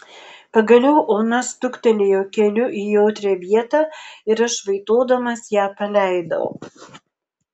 pagaliau ona stuktelėjo keliu į jautrią vietą ir aš vaitodamas ją paleidau